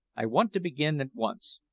i want to begin at once!